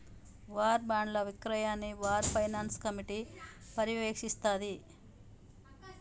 war బాండ్ల విక్రయాన్ని war finance committee పర్యవేక్షిస్తాంది